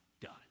done